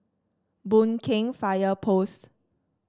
Boon Keng Fire Post